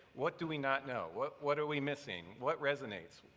what do we not know, what what are we missing? what resonates?